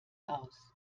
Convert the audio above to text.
aus